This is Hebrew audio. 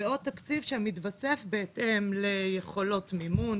ועוד תקציב שמתווסף בהתאם ליכולות מימון,